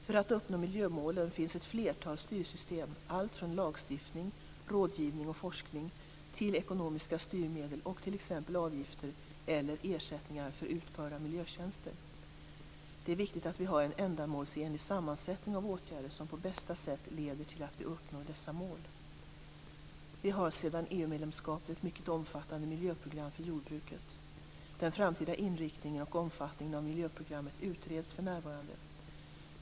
För att uppnå miljömålen finns ett flertal styrmedel, allt från lagstiftning, rådgivning och forskning, till ekonomiska styrmedel och t.ex. avgifter eller ersättningar för utförda miljötjänster. Det är viktigt att vi har en ändamålsenlig sammansättning av åtgärder som på bästa sätt leder till att vi uppnår dessa mål. Vi har sedan EU-medlemskapet ett mycket omfattande miljöprogram för jordbruket. Den framtida inriktningen och omfattningen av miljöprogrammet utreds för närvarande.